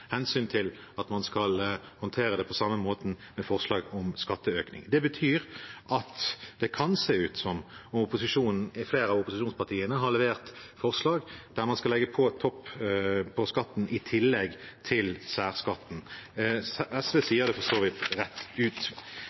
hensyn til at man skal håndtere det på samme måte, med forslag om skatteøkning. Det betyr at det kan se ut som om flere av opposisjonspartiene har levert forslag der man skal legge på en toppskatt i tillegg til særskatten. SV sier det for så vidt rett ut.